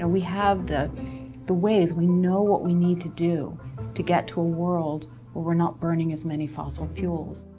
we have the the ways. we know what we need to do to get to a world where we're not buring as many fossil fuels.